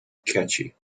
catchy